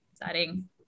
exciting